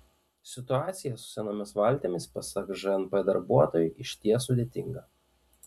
situacija su senomis valtimis pasak žnp darbuotojų išties sudėtinga